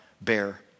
bear